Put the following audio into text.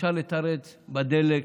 אפשר לתרץ בדלק,